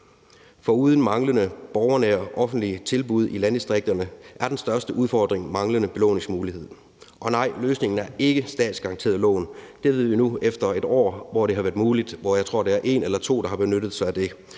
Foruden manglende borgernære offentlige tilbud i landdistrikterne er den største udfordring manglende belåningsmulighed. Og nej, løsningen er ikke statsgaranterede lån. Det ved vi nu efter et år, hvor det har været muligt, og hvor jeg tror det er en eller to, der har benyttet sig af det.